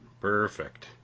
Perfect